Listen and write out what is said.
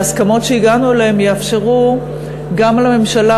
ההסכמות שהגענו אליהן יאפשרו גם לממשלה